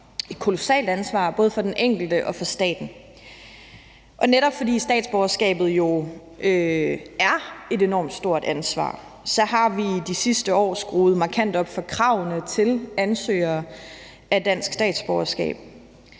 og det gælder både for den enkelte og for staten. Netop fordi statsborgerskabet jo er et enormt stort ansvar, har vi de sidste år skruet markant op for kravene til ansøgere af dansk statsborgerskab.